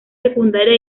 secundaria